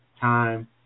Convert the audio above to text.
time